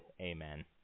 Amen